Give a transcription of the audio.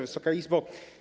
Wysoka Izbo!